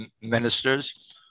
ministers